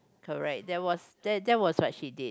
correct that was that was what she did